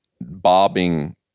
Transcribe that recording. bobbing